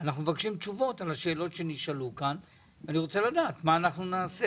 אנחנו מבקשים תשובות על השאלות שנשאלו כאן כדי לדעת מה לעשות.